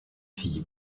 filles